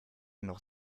noch